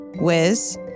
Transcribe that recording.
Wiz